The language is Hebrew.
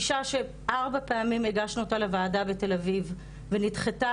אישה שארבע פעמים הגשנו אותה לוועדה בתל-אביב ונדחתה,